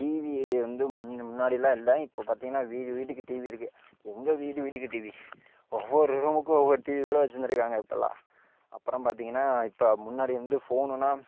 TV வந்து முன் முன்னாடிலாம் இல்லை இப்போ பார்த்திங்கன்னா வீடு வீட்டுக்கு டிவி இருக்குது எங்கள் வீடு வீட்டுக்கு டிவி ஒவ்வொரு ரூமுக்கும் ஒவ்வொரு டிவி கூட வச்சிருந்துக்காங்க இப்போல்லாம் அப்புறம் பார்த்திங்கன்னா இப்போ முன்னாடி வந்து ஃபோனுனா